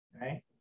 right